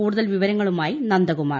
കൂടുതൽ വിവരങ്ങളുമായി നന്ദകുമാർ